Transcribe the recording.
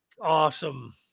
awesome